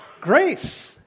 Grace